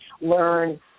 learn